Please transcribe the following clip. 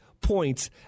points